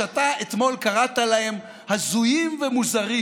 שאתה אתמול קראת להם הזויים ומוזרים,